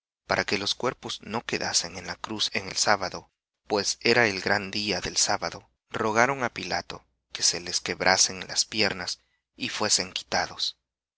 para que los cuerpos no quedasen en la cruz en el sábado pues era el gran día del sábado rogaron á pilato que se les quebrasen las piernas y fuesen quitados